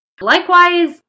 Likewise